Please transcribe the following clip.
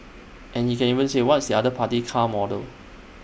and he can even say what's the other party's car model